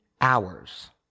hours